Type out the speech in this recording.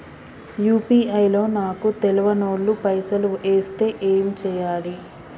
UPI లో నాకు తెల్వనోళ్లు పైసల్ ఎస్తే ఏం చేయాలి?